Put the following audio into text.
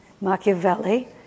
Machiavelli